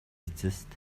эцэст